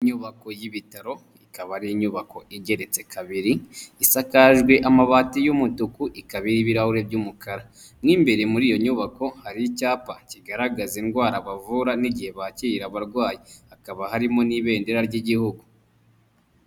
Inyubako y'ibitaro ikaba ari inyubako igeretse kabiri, isakajwe amabati y'umutuku ikaba iriho ibirahuri by'umukara. Mu imbere muri iyo nyubako hari icyapa kigaragaza indwara bavura n'igihe bakira abarwayi, hakaba harimo n'ibendera ry'igihugu.